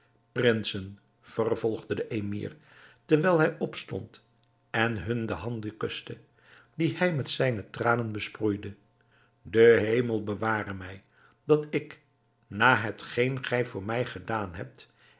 prinsen vervolgde de emir terwijl hij opstond en hun de handen kuste die hij met zijne tranen besproeide de hemel beware mij dat ik na hetgeen gij voor mij gedaan hebt